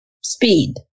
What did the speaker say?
speed